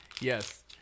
Yes